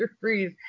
Freeze